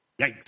Yikes